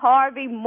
Harvey